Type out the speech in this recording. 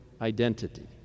identity